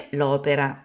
l'opera